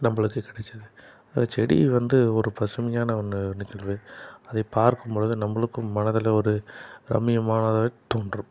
நம்பளுக்கு கிடச்சது அந்த செடி வந்து ஒரு பசுமையான ஒன்று நிகழ்வு அதை பார்க்கும்பொழுது நம்பளுக்கும் மனதில் ஒரு ரம்மியமானதாகவே தோன்றும்